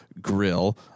Grill